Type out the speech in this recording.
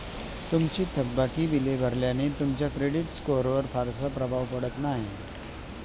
तुमची थकबाकी बिले भरल्याने तुमच्या क्रेडिट स्कोअरवर फारसा प्रभाव पडत नाही